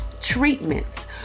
treatments